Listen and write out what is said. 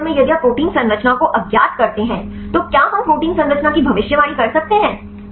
इस मामले में यदि आप प्रोटीन संरचना को अज्ञात करते हैं तो क्या हम प्रोटीन संरचना की भविष्यवाणी कर सकते हैं